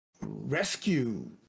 rescue